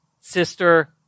sister